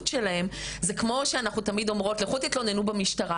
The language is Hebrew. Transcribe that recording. שלהם - זה כמו שאנחנו תמיד אומרות: לכו תתלוננו במשטרה.